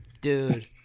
Dude